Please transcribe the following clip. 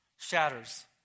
shatters